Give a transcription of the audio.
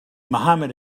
mohammed